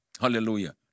Hallelujah